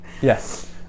yes